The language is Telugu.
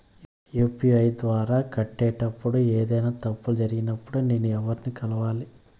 యు.పి.ఐ ద్వారా కట్టేటప్పుడు ఏదైనా తప్పులు జరిగినప్పుడు నేను ఎవర్ని కలవాలి?